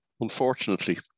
Unfortunately